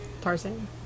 Tarzan